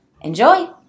Enjoy